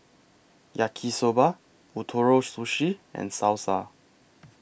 Yaki Soba Ootoro Sushi and Salsa